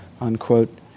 unquote